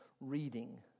reading